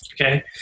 Okay